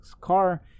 car